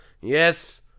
Yes